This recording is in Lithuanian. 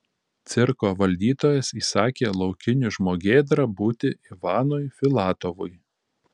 cirko valdytojas įsakė laukiniu žmogėdra būti ivanui filatovui